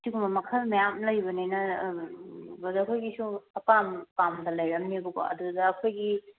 ꯁꯤꯒꯨꯝꯕ ꯃꯈꯜ ꯃꯌꯥꯝ ꯂꯩꯕꯅꯤꯅ ꯕ꯭ꯔꯗꯔ ꯈꯣꯏꯒꯤꯁꯨ ꯑꯄꯥꯝ ꯄꯥꯝꯗ ꯂꯩꯔꯝꯅꯦꯕꯀꯣ ꯑꯗꯨꯗ ꯑꯩꯈꯣꯏꯒꯤ